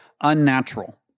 unnatural